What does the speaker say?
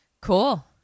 Cool